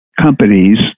companies